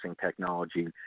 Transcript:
technology